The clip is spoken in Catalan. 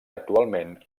actualment